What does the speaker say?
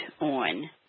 on